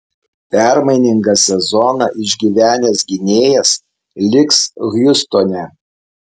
permainingą sezoną išgyvenęs gynėjas liks hjustone